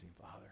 Father